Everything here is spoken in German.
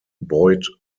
boyd